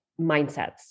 mindsets